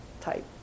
type